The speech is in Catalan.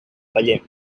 paller